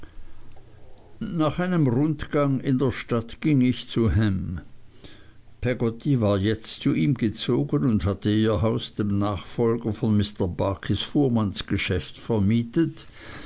nach einem rundgang in der stadt ging ich zu ham peggotty war jetzt zu ihm gezogen und hatte ihr haus dem nachfolger von mr barkis fuhrmannsgeschäft vermietet